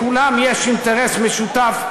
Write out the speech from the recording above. לכולם יש אינטרס משותף,